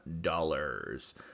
dollars